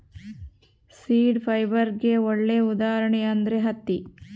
seed ಫೈಬರ್ಗೆ ಒಳ್ಳೆ ಉದಾಹರಣೆ ಅಂದ್ರೆ ಹತ್ತಿ